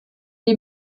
die